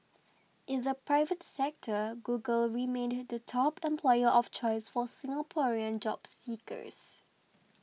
in the private sector Google remained the top employer of choice for Singaporean job seekers